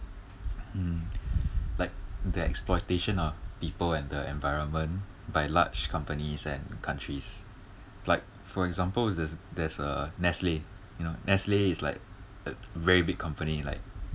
mm like the exploitation of people and the environment by large companies and countries like for example there's there's uh nestle you know nestle is like a very big company like